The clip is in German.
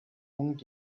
punkt